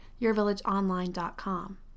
yourvillageonline.com